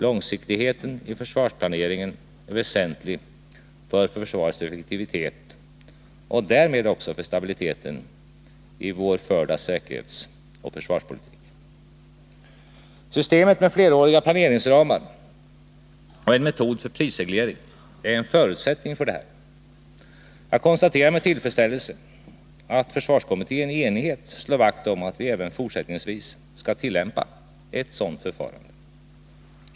Långsiktigheten i försvarsplaneringen är väsentlig för försvarets effektivitet och därmed också för stabiliteten i vår förda säkerhetsoch försvarspolitik. Systemet med fleråriga planeringsramar och en metod för prisreglering är en förutsättning för detta. Jag konstaterar med tillfredsställelse att försvarskommittén i enighet slår vakt om att vi även fortsättningsvis skall tillämpa ett sådant förfarande.